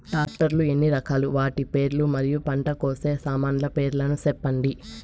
Tractor లు ఎన్ని రకాలు? వాటి పేర్లు మరియు పంట కోసే సామాన్లు పేర్లను సెప్పండి?